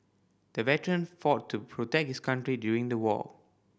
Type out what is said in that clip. the veteran fought to protect his country during the war